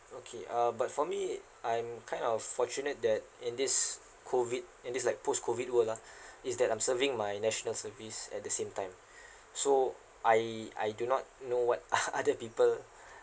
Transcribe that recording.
okay uh but for me I'm kind of fortunate that in this COVID in this like post COVID world lah is that I'm serving my national service at the same time so I I do not know what o~ other people